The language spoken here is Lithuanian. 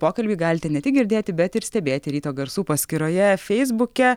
pokalbį galite ne tik girdėti bet ir stebėti ryto garsų paskyroje feisbuke